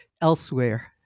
elsewhere